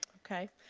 okay.